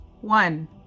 One